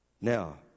Now